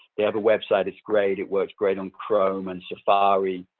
they have a website. it's great. it works great on chrome and safari.